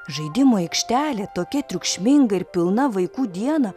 žaidimų aikštelė tokia triukšminga ir pilna vaikų dieną